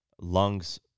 lungs